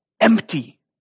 empty